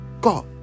God